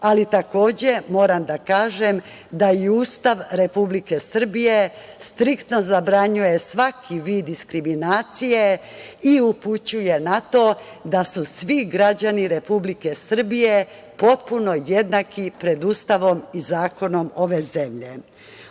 Ali, takođe moram da kažem da i Ustav Republike Srbije striktno zabranjuje svaki vid diskriminacije i upućuje na to da su svi građani Republike Srbije potpuno jednaki pred Ustavom i zakonom ove zemlje. Ono